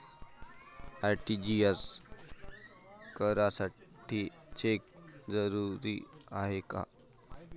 RTGS करासाठी cheque जरुरीचा हाय काय?